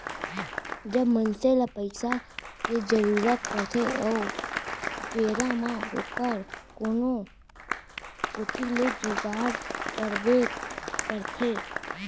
जब मनसे ल पइसा के जरूरत परथे ओ बेरा म ओहर कोनो कोती ले जुगाड़ करबे करथे